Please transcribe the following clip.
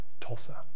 Tulsa